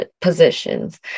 positions